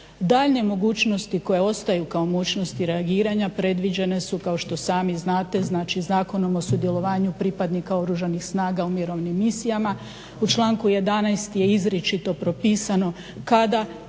Daljnje mogućnosti koje ostaju kao mogućnosti reagiranja predviđene su kao što sami znate znači Zakonom o sudjelovanju pripadnika Oružanih snaga u mirovnim misijama, u članku 11. je izričito propisano kada